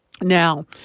Now